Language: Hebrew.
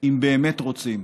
באמת רוצים.